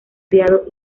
criado